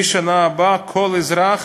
מהשנה הבאה, כל אזרח,